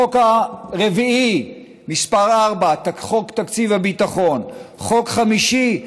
החוק הרביעי, חוק תקציב הביטחון, חוק חמישי,